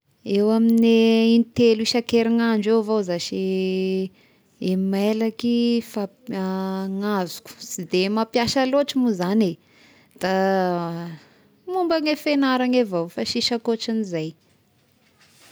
Eo amign'ny in-telo isan-kerinandro eo avao zashy i mailaky famp- azoko, sy de mampiasa loatra moa zagny eh, da mombagn'ny fiagnarana avao avao fa sisy akoatran'izay.